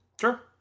Sure